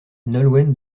nolwenn